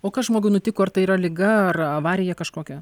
o kas žmogui nutiko tai yra liga ar avarija kažkokia